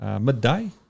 midday